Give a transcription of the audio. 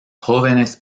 jóvenes